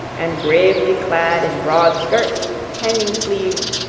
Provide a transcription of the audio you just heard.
and gravely clad in broad skirts, hanging sleeves,